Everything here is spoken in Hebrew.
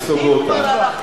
נסוגוֹת.